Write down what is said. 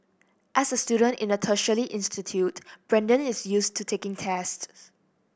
as a student in a tertiary institute Brandon is used to taking tests